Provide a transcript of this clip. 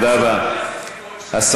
תודה רבה לך, גברתי.